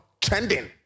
trending